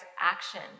action